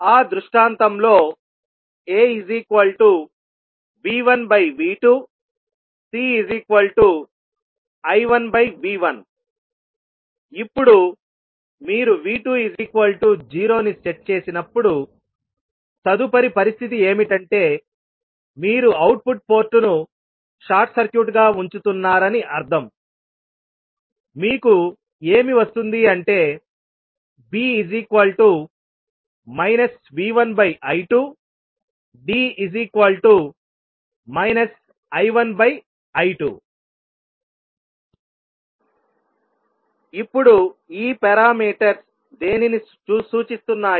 ఆ దృష్టాంతంలో AV1V2CI1V1 ఇప్పుడు మీరు V20 ను సెట్ చేసినప్పుడు తదుపరి పరిస్థితి ఏమిటంటే మీరు అవుట్పుట్ పోర్టును షార్ట్ సర్క్యూట్ గా ఉంచుతున్నారని అర్థంమీకు ఏమి వస్తుంది అంటే B V1I2D I1I2 ఇప్పుడు ఈ పారామీటర్స్ దేనిని సూచిస్తున్నాయి